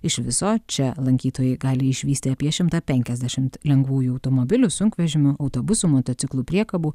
iš viso čia lankytojai gali išvysti apie šimtą penkiasdešimt lengvųjų automobilių sunkvežimių autobusų motociklų priekabų